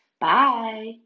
Bye